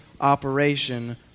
operation